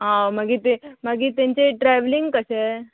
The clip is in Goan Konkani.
आं मागीर ते मागीर तेंचे ट्रेवलींग कशें